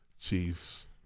Chiefs